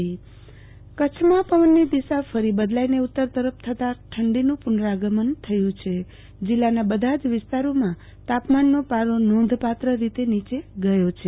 આરતીબેન ભદ્દ હવામાન કચ્છમાં પવનની દિશા ફરી બદલાઈને ઉત્તર તરફ થતાં ઠંડીનું પુનરાગમન થયુ છે જિલ્લાના બધા જ વિસ્તારોમાં તાપમાનનો પારો નોંધપાત્ર રીતે નીયો ગયો છે